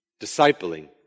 discipling